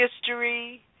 history